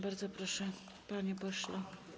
Bardzo proszę, panie pośle.